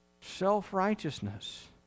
self-righteousness